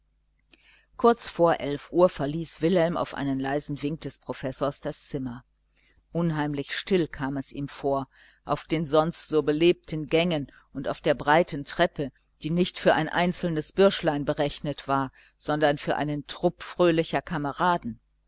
kurz vor elf uhr verließ wilhelm auf einen leisen wink des professors das zimmer unheimlich still kam es ihm vor auf den sonst so belebten gängen und auf der breiten treppe die nicht für so ein einzelnes bürschlein berechnet war sondern für einen trupp fröhlicher kameraden